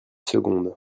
seconde